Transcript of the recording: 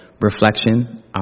reflection